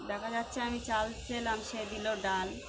দেখা যাচ্ছে আমি চাল চাইলাম সে দিল ডাল